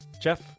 Jeff